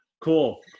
Cool